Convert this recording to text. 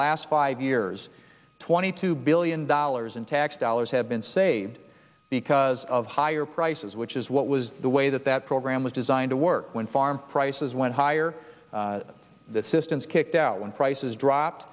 last five years twenty two billion dollars in tax dollars have been saved because of higher prices which is what was the way that that program was designed to work when farm prices went higher than the systems kicked out when prices dropped